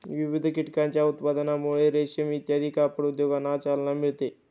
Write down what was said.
विविध कीटकांच्या उत्पादनामुळे रेशीम इत्यादी कापड उद्योगांना चालना मिळते